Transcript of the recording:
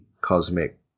cosmic